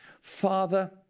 Father